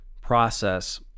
process